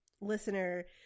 listener